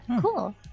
cool